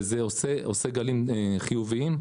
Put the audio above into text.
וזה עושה גלים חיוביים.